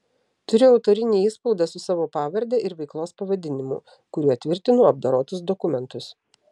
turiu autorinį įspaudą su savo pavarde ir veiklos pavadinimu kuriuo tvirtinu apdorotus dokumentus